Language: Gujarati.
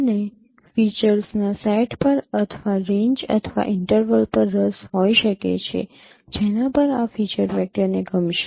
મને ફીચર્સના સેટ પર અથવા રેન્જ અથવા ઇન્ટરવલ પર રસ હોઈ શકે છે જેના પર આ ફીચર વેક્ટરને ગમશે